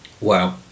Wow